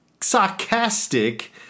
sarcastic